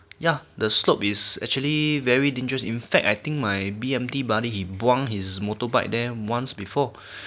ya the slope is actually very dangerous in fact I think my B_M_T buddy he buang his motorbike there once before